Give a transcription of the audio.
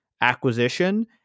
acquisition